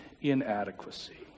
inadequacy